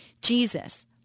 Jesus